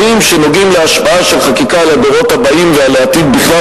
שנוגעים להשפעה של חקיקה על הדורות הבאים ועל העתיד בכלל.